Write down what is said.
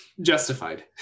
justified